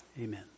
Amen